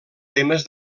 temes